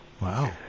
Wow